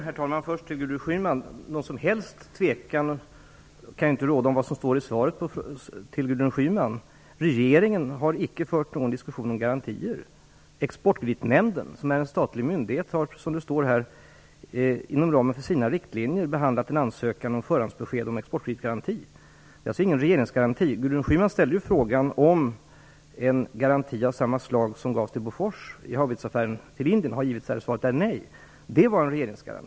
Herr talman! Det kan inte råda någon som helst tvekan om vad som står i svaret till Gudrun Schyman. Regeringen har icke fört någon diskussion om garantier. Exportkreditnämnden, som är en statlig myndighet, har inom ramen för sina riktlinjer behandlat en ansökan om förhandsbesked om exportkreditgaranti. Det är ingen regeringsgaranti. Gudrun Schyman frågade om en garanti av samma slag som gavs till Bofors i haubitsaffären med Indien givits här, och svaret är nej. Det var en regeringsgaranti.